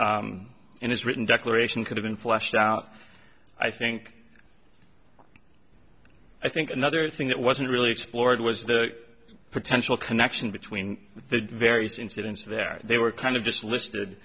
his in his written declaration could have been flushed out i think i think another thing that wasn't really explored was the potential connection between the various incidents there they were kind of just listed